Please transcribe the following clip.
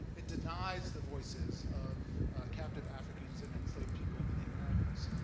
it denies the voices of captive africans and enslaved peoples in the americas,